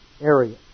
area